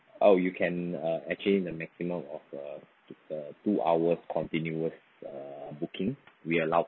oh you can uh actually the maximum of uh two uh two hours continuous uh booking we allowed